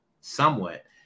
somewhat